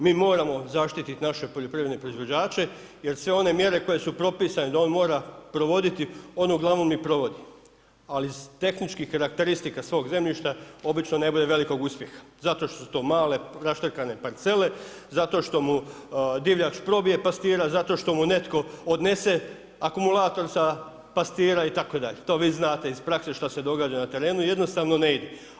Mi moramo zaštititi naše poljoprivredne proizvođače jer sve one mjere koje su propisane da on mora provoditi, on uglavnom i provodi ali iz tehničkih karakteristika svog zemljišta obično ne bude velikog uspjeha zato što su to male raštrkane parcele, zato što mu divljač probije pastira, zato što mu netko odnese akumulator sa pastira itd., to vi znate iz prakse što se događa na terenu, jednostavno ne ide.